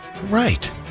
right